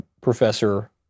professor